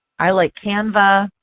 i like canva,